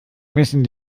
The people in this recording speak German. müssen